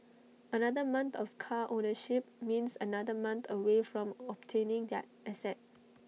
another month of car ownership means another month away from obtaining that asset